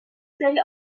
سری